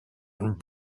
and